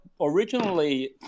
originally